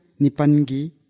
nipangi